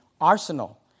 arsenal